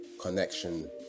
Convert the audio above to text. connection